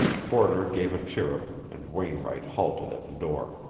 porter gave a chirrup, and wainwright halted at the door.